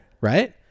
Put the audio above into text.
right